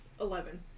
Eleven